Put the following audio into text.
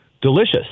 delicious